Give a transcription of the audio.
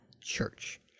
church